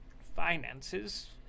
finances